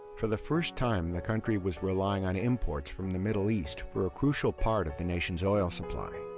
for the first time, the country was relying on imports from the middle east for a crucial part of the nation's oil supply.